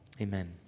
Amen